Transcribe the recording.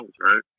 right